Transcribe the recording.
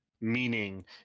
meaning